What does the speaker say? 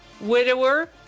widower